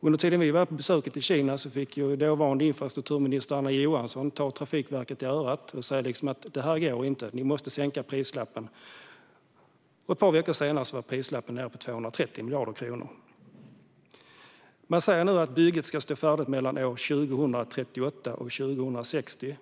Under den tid som vi var på besök i Kina fick dåvarande infrastrukturminister Anna Johansson ta Trafikverket i örat och säga att detta inte går utan att man måste sänka priset. Ett par veckor senare var priset nere på 230 miljarder kronor. Man säger nu att bygget ska stå färdigt mellan 2038 och 2060.